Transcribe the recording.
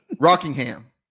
Rockingham